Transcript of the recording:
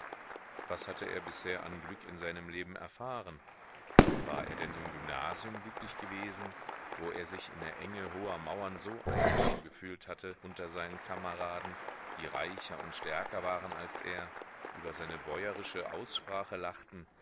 was hatte er bisher an glück in seinem leben erfahren war er denn im gymnasium glücklich gewesen wo er sich in der enge hoher mauern so einsam gefühlt hatte unter seinen kameraden die reicher und stärker waren als er über seine bäuerische aussprache lachten